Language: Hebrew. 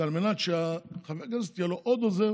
על מנת שלחבר הכנסת יהיה עוד עוזר